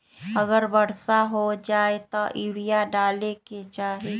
अगर वर्षा हो जाए तब यूरिया डाले के चाहि?